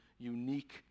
unique